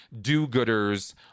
do-gooders